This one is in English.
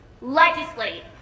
Legislate